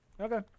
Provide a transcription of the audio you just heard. Okay